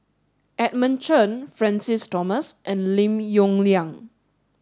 Edmund Chen Francis Thomas and Lim Yong Liang